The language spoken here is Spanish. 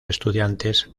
estudiantes